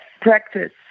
practice